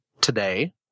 today